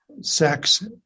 sex